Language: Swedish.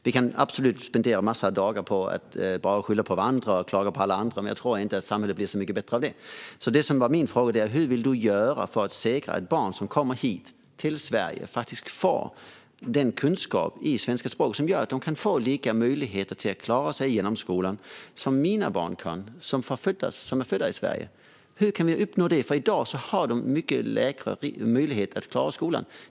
Vi kan absolut spendera en massa dagar på att bara skylla på varandra och klaga på alla andra, men jag tror inte att samhället blir så mycket bättre av det. Min fråga var: Hur vill du göra för att säkra att barn som kommer hit till Sverige faktiskt får den kunskap i svenska språket som gör att de får samma möjligheter att klara sig igenom skolan som mina barn, som är födda i Sverige? Hur kan vi uppnå det? I dag har de mycket mindre möjligheter att klara skolan.